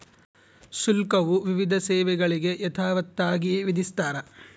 ಶುಲ್ಕವು ವಿವಿಧ ಸೇವೆಗಳಿಗೆ ಯಥಾವತ್ತಾಗಿ ವಿಧಿಸ್ತಾರ